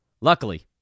Luckily